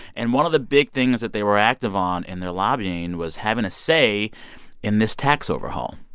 and one of the big things that they were active on in their lobbying was having a say in this tax overhaul.